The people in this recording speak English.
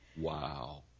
Wow